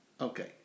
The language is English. Okay